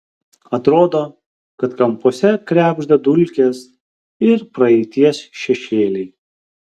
atrodo kad kampuose krebžda dulkės ir praeities šešėliai